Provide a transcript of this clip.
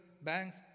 banks